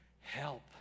help